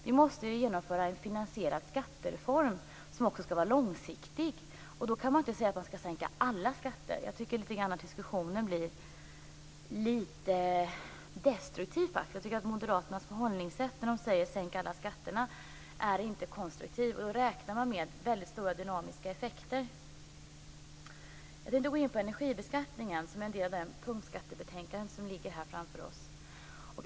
Vi måste ju genomföra en finansierad skattereform, som också skall vara långsiktig, och då kan man inte säga att man skall sänka alla skatter. Jag tycker att diskussionen blir lite destruktiv. Moderaternas förhållningssätt när de säger "sänk alla skatter" är inte konstruktivt. Man räknar då med väldigt stora dynamiska effekter. Jag skall gå in på energibeskattningen, som är en del av det punktskattebetänkande som ligger här framför oss.